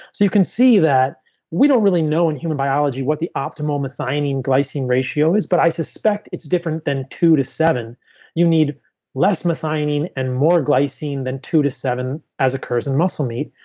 you can see that we don't really know what and human biology what the optimal methionine glycine ratio is but i suspect it's different than two to seven you need less methionine and more glycine than two to seven as occurs in muscle meat.